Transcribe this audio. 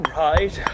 right